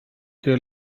their